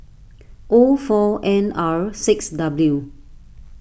O four N R six W